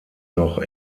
noch